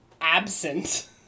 absent